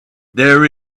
there